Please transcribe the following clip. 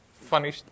funny